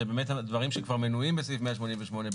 שבאמת על הדברים שכבר מנויים בסעיף 188,